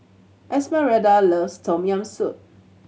Esmeralda loves Tom Yam Soup